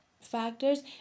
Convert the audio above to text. factors